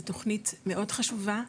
זה תוכנית מאוד חשובה,